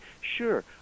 Sure